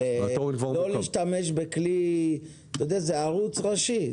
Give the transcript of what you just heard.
אבל לא להשתמש בכלי, אתה יודע, זה ערוך ראשי.